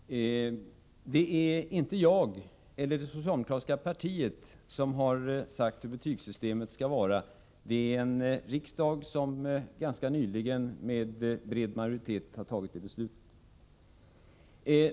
Herr talman! Det är inte jag eller det socialdemokratiska partiet som har sagt hur betygssystemet skall vara. Det är riksdagen som ganska nyligen och med bred majoritet har fattat beslut om det.